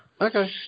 Okay